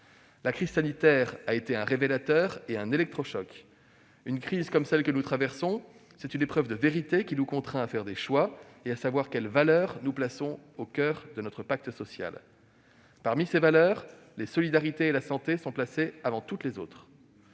La crise sanitaire a été un révélateur et un électrochoc. Une crise comme celle que nous traversons, c'est une épreuve de vérité, qui nous contraint à faire des choix et à savoir quelles valeurs nous mettons au coeur de notre pacte social. Parmi ces valeurs, les solidarités et la santé sont placées avant toutes les autres.